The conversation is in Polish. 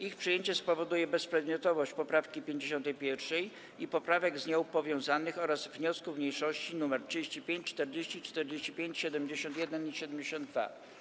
Ich przyjęcie spowoduje bezprzedmiotowość poprawki 51. i poprawek z nią powiązanych oraz wniosków mniejszości nr 35, 40, 45, 71 i 72.